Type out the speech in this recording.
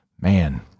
man